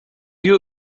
you